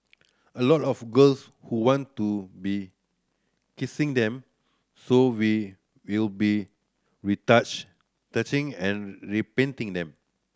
a lot of girls who want to be kissing them so we will be retouch touching and repainting them